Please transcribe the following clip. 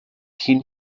hin